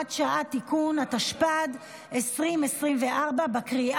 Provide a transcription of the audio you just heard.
הממשלה, שיקרא לו, ראש